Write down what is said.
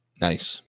Nice